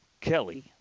Kelly